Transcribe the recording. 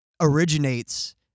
originates